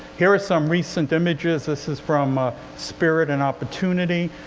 here are some recent images. this is from ah spirit and opportunity.